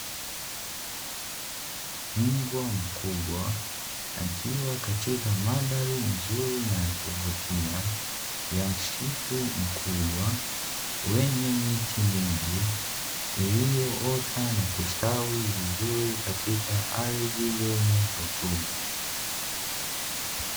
Mbwa mkubwa akiwa katika mandhari nzuri na ya kuvutia ya msitu mkubwa wenye miti mingi iliyoota na kustawi vizuri katika ardhi yenye rutuba.